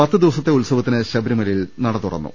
പത്ത് ദിവസത്തെ ഉത്സവത്തിന് ശബരിമലയിൽ നടതുറന്നു